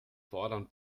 fordern